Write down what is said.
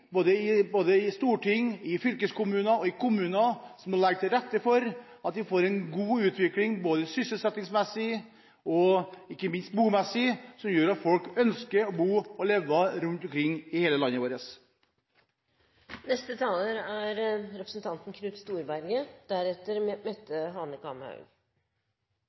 både på Stortinget, i fylkeskommunene og i kommunene – som må legge til rette for god utvikling sysselsettingsmessig og ikke minst bomessig, slik at folk ønsker å bo og leve rundt omkring i hele landet vårt. De talere som heretter får ordet, har en taletid på inntil 3 minutter. Det er